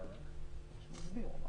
גם אנחנו וגם משרד המשפטים חושבים כך.